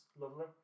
lovely